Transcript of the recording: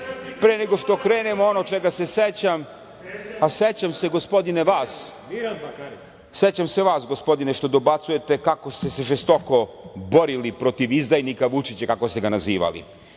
Pre nego što krenem o onom čega se sećam, sećam se gospodine vas što dobacujete, kako ste se žestoko borili protiv izdajnika Vučića, kako ste ga nazivali. Da